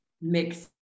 mix